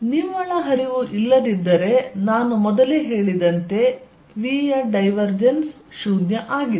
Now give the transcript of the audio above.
ನಿವ್ವಳ ಹರಿವು ಇಲ್ಲದಿದ್ದರೆ ನಾನು ಮೊದಲೇ ಹೇಳಿದಂತೆ v ಯ ಡೈವರ್ಜೆನ್ಸ್ 0 ಆಗಿದೆ